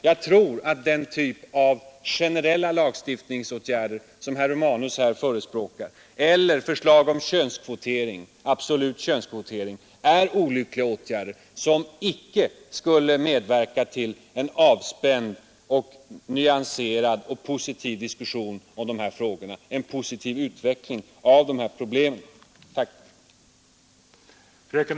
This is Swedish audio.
Jag tror att den typ av generella lagstiftningsåtgärder som herr Romanus här förespråkar liksom förslaget om könskvotering absolut är olyckliga åtgärder, som inte skulle medverka till en avspänd, nyanserad och positiv diskussion om dessa frågor och till en positiv utveckling av problemen.